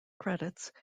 credits